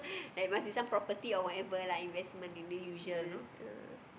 like must be some property or whatever lah investment in the usual